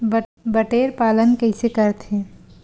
बटेर पालन कइसे करथे?